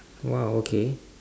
!wow! okay